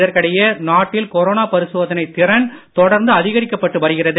இதற்கிடையே நாட்டில் கொரோனா பரிசோதனை திறன் தொடர்ந்து அதிகரிக்கப்பட்டு வருகிறது